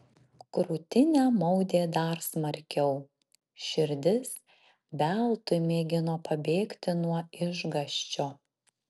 krūtinę maudė dar smarkiau širdis veltui mėgino pabėgti nuo išgąsčio